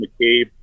McCabe